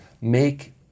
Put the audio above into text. make